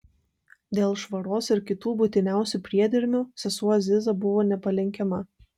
dėl švaros ir kitų būtiniausių priedermių sesuo aziza buvo nepalenkiama